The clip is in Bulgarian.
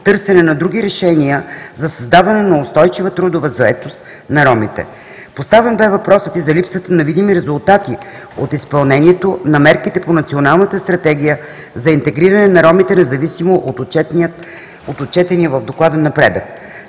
търсенето на други решения за създаване на устойчива трудова заетост на ромите. Поставен бе въпросът и за липсата на видими резултати от изпълнението на мерките по Националната стратегия за интегриране на ромите, независимо от отчетения в Доклада напредък.